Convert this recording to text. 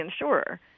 insurer